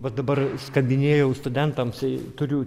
vat dabar skambinėjau studentams turiu